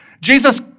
Jesus